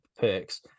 perks